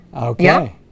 Okay